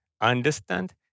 understand